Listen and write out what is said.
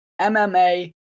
MMA